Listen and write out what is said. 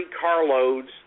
carloads